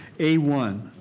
a one,